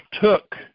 took